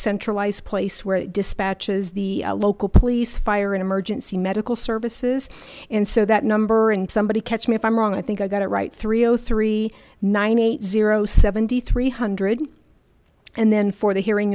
centralized place where it dispatches the local police fire and emergency medical services and so that number and somebody catch me if i'm wrong i think i got it right three oh three nine eight zero seventy three hundred and then for the hearing